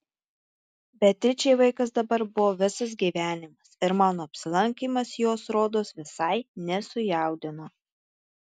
beatričei vaikas dabar buvo visas gyvenimas ir mano apsilankymas jos rodos visai nesujaudino